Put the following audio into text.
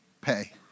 pay